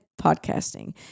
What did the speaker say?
podcasting